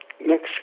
next